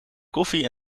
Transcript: koffie